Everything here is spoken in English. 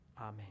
Amen